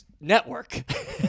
Network